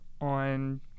on